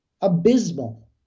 abysmal